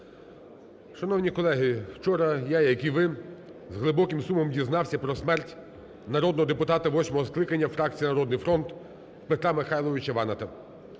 Шановні колеги, вчора я, як і ви, з глибоким сумом дізнався про смерть народного депутата восьмого скликання, фракція "Народний фронт", Петра Михайловича Ваната.